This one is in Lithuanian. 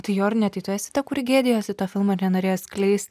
tai jorūne tai tu esi ta kuri gėdijosi to filmo ir nenorėjo skleisti